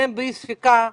אתם באי ספיקה,